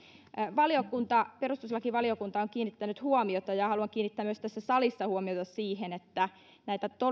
perustuslakivaliokunta on kiinnittänyt huomiota ja haluan kiinnittää myös tässä salissa huomiota siihen että